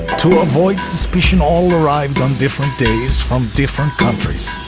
to avoid suspicion, all arrived on different days from different countries,